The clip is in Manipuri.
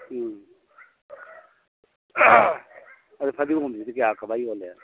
ꯎꯝ ꯑꯗꯨ ꯐꯗꯤꯒꯣꯝꯁꯤꯗꯤ ꯀꯌꯥ ꯀꯃꯥꯏ ꯌꯣꯜꯂꯤ